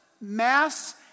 mass